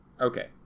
okay